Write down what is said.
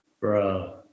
Bro